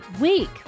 week